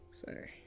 sorry